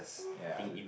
ya